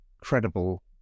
credible